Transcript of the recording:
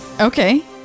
Okay